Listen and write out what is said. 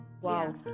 Wow